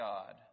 God